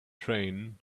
train